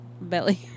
belly